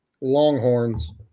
Longhorns